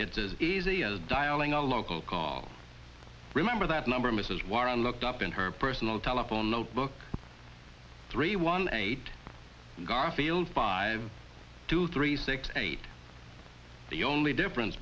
it's as easy as dialing a local call remember that number mrs warren looked up in her personal telephone notebook three one eight garfield five two three six eight the only difference